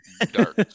dark